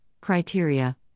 criteria